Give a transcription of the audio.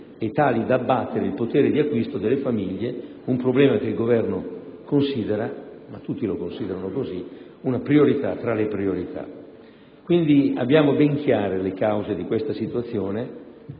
e tali da abbattere il potere d'acquisto delle famiglie; un problema che il Governo considera - ma tutti lo considerano così - una priorità tra le priorità. Quindi abbiamo ben chiare le cause di questa situazione